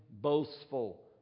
boastful